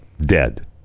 dead